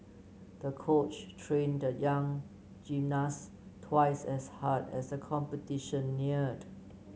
the coach trained the young gymnast twice as hard as the competition neared